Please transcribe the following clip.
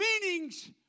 meanings